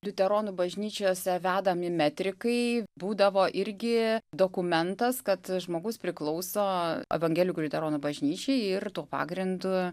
liuteronų bažnyčiose vedami metrikai būdavo irgi dokumentas kad žmogus priklauso evangelikų liuteronų bažnyčiai ir tuo pagrindu